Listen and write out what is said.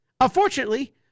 Unfortunately